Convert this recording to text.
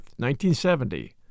1970